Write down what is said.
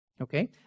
Okay